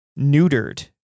neutered